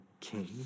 king